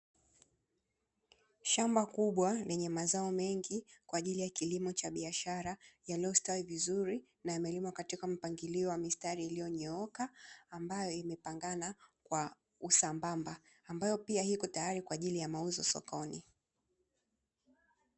Shamba kubwa lenye mazao mengi kwa ajili ya kilimo cha biashara , yaliyo stawi vizuri na yamelimwa katika mpangilio wa misitari iliyo nyooka ambayo imepangana kwa usambamba ambayo pia iko tayari kwa mauzo sokoni.